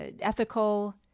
ethical